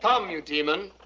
um you demon.